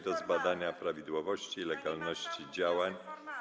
do zbadania prawidłowości i legalności działań.